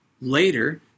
later